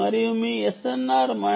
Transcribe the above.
మరియు మీ SNR minus 12